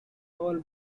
all